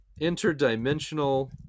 interdimensional